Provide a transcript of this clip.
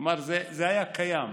כלומר, זה היה קיים,